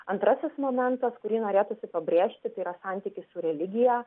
antrasis momentas kurį norėtųsi pabrėžti tai yra santykis su religija